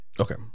Okay